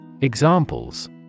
Examples